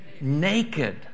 Naked